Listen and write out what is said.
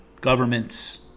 governments